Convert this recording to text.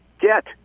get